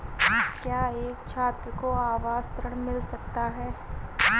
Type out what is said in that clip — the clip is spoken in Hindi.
क्या एक छात्र को आवास ऋण मिल सकता है?